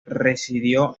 residió